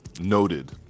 noted